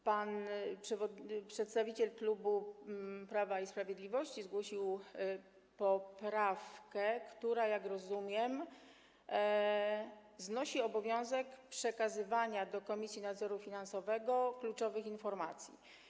Pan przedstawiciel klubu Prawo i Sprawiedliwość zgłosił poprawkę, która, jak rozumiem, znosi obowiązek przekazywania Komisji Nadzoru Finansowego kluczowych informacji.